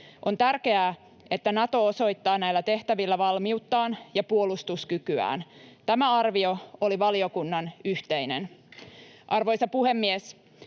On tärkeää, että Nato osoittaa näillä tehtävillä valmiuttaan ja puolustuskykyään. Tämä arvio oli valiokunnan yhteinen. Arvoisa puhemies!